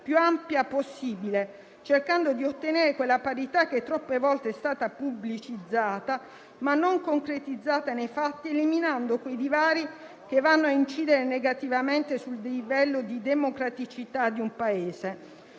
più ampia possibile, cercando di ottenere quella parità che troppe volte è stata pubblicizzata, ma non concretizzata nei fatti, eliminando i divari che incidono negativamente sul livello di democraticità di un Paese.